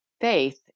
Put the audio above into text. faith